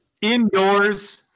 indoors